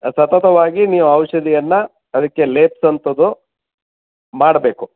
ಸತತವಾಗಿ ನೀವು ಔಷಧಿಯನ್ನು ಅದಕ್ಕೆ ಲೇಪಿಸುವಂಥದ್ದು ಮಾಡಬೇಕು